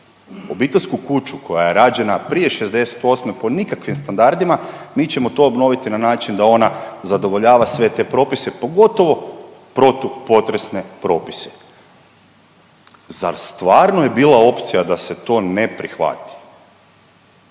obiteljsku kuću koja je rađena prije '68. po nikakvim standardima mi ćemo to obnoviti na način da ona zadovoljava sve te propise, pogotovo protupotresne propise. Zar stvarno je bila opcija da se to ne prihvati?